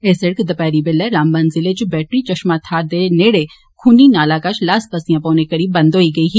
एह् सिड़क दपैहरी बेल्लै रामबन जिले च बैटरी चश्मा थाहर दे नेडे खूनी नाला कश ल्हास पस्सियां पौने कारण बंद होई गेई ही